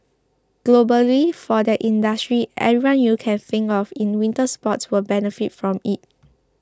globally for that industry everyone you can think of in winter sports will benefit from it